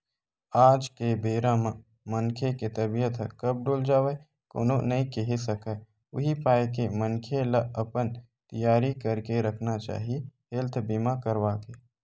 आज के बेरा म मनखे के तबीयत ह कब डोल जावय कोनो नइ केहे सकय उही पाय के मनखे ल अपन तियारी करके रखना चाही हेल्थ बीमा करवाके